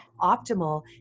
optimal